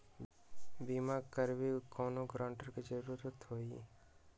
बिमा करबी कैउनो गारंटर की जरूरत होई?